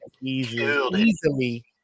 easily